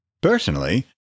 Personally